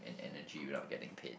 and energy without getting paid